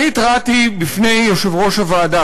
התרעתי בפני יושב-ראש הוועדה,